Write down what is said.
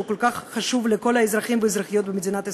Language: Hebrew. שהוא כל כך חשוב לאזרחים והאזרחיות במדינת ישראל.